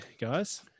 guys